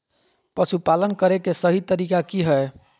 पशुपालन करें के सही तरीका की हय?